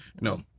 No